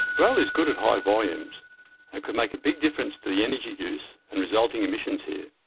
rail is good at high volumes and could make a big difference to the energy use and resulting emissions here.